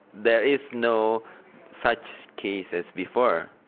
there is no such cases before.